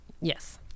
Yes